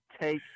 take